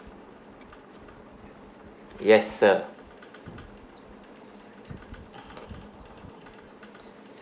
yes sir